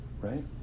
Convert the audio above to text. right